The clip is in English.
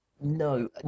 No